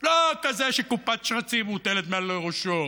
לא כזה שקופת שרצים מוטלת מעל לראשו,